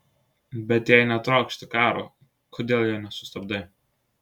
bet jei netrokšti karo kodėl jo nesustabdai